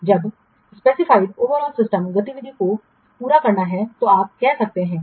जब समग्र प्रणाली निर्दिष्ट गतिविधि को पूरा करना है तो आप कह सकते हैं कि